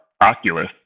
Oculus